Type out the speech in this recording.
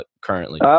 Currently